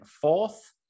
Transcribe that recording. fourth